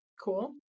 cool